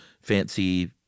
fancy